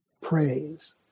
praise